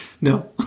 No